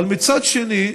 אבל מצד שני,